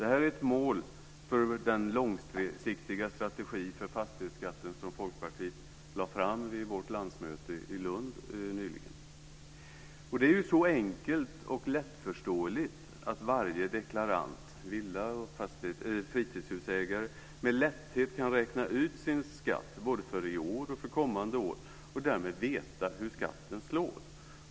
Detta är ett mål för den långsiktiga strategi för fastighetsskatten som Folkpartiet lade fram vid sitt möte i Lund nyligen. Det är så enkelt och lättförståeligt att varje deklarant, villa och fritidshusägare med lätthet kan räkna ut sin skatt både för i år och för kommande år och därmed veta hur skatten slår.